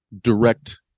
direct